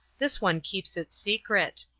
this one keeps its secret.